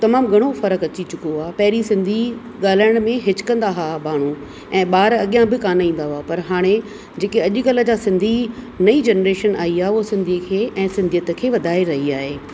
तमामु घणो फ़रकु अची चुको आहे पहिरीं सिंधी ॻाल्हाइण में हिचिकंदा हा माण्हू ऐं ॿार अॻियां बि कोन्ह ईंदा हुआ पर हाणे जेके अॼकल्ह जा सिंधी नईं जनरेशन आई आहे हू सिंधी खे ऐं सिंधीयतु खे वधाए रही आहे